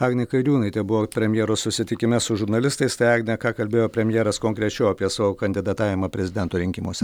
agnė kairiūnaitė buvo premjero susitikime su žurnalistais tai agne ką kalbėjo premjeras konkrečiau apie savo kandidatavimą prezidento rinkimuose